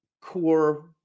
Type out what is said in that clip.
core